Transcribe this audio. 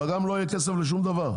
וגם לא יהיה כסף לשום דבר.